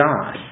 God